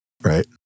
Right